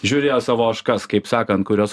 žiūrėjo savo ožkas kaip sakant kurios